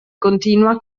continua